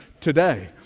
today